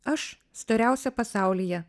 aš storiausia pasaulyje